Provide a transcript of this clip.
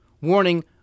warning